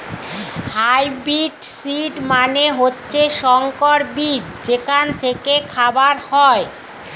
hybrid seed মানে হচ্ছে সংকর বীজ যেখান থেকে খাবার হয়